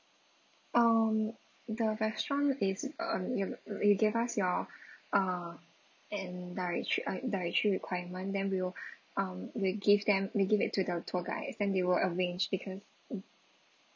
um the restaurant is uh you you gave us your uh an dietary uh dietary requirement then we will um we give them we give it to the tour guides then they will arrange because